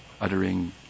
uttering